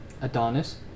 Adonis